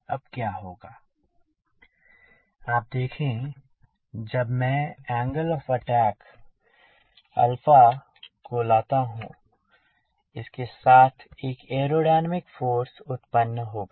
अब क्या होगा आप देखें जब मैं एंगल ऑफ़ अटैक को लाता हूँ इसके साथ एक एयरोडायनेमिक फोर्स उत्पन्न होगा